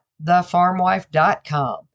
TheFarmWife.com